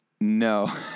No